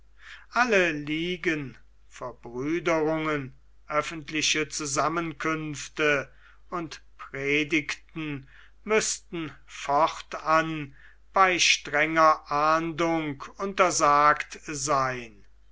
alle liguen verbrüderungen öffentlichen zusammenkünfte und predigten müßten fortan bei strenger ahndung untersagt sein